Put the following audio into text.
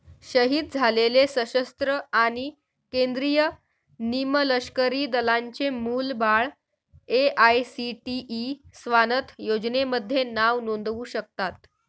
शहीद झालेले सशस्त्र आणि केंद्रीय निमलष्करी दलांचे मुलं बाळं ए.आय.सी.टी.ई स्वानथ योजनेमध्ये नाव नोंदवू शकतात